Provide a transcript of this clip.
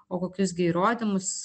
o kokius gi įrodymus